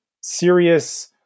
serious